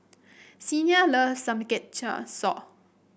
Xena love Samgeyopsal